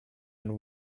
and